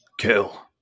kill